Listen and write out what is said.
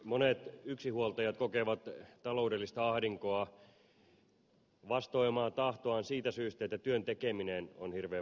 monet yksinhuoltajat kokevat taloudellista ahdinkoa vastoin omaa tahtoaan siitä syystä että työn tekeminen on hirveän vaikeaa